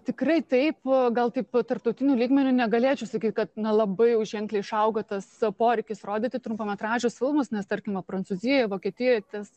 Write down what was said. tikrai taip gal taip tarptautiniu lygmeniu negalėčiau sakyt kad na labai jau ženkliai išaugo tas poreikis rodyti trumpametražius filmus nes tarkime prancūzijoj vokietijoj tas